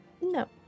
No